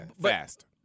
fast